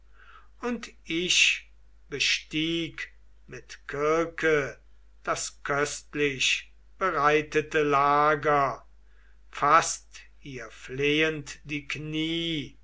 und ich bestieg mit kirke das köstlichbereitete lager faßt ihr flehend die knie